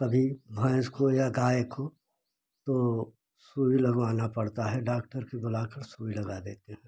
तभी भैंस को या गाय को तो सुई लगवाना पड़ता है डाक्टर को बुला कर सुई लगा देते हैं